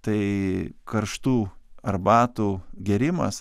tai karštų arbatų gėrimas